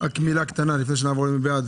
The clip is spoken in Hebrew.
רק מילה קטנה לפני שנעבור להצבעה.